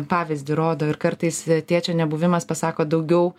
pavyzdį rodo ir kartais tėčio nebuvimas pasako daugiau